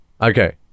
Okay